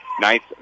Nice